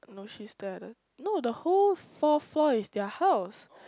no she stay at the no the whole fourth floor is their house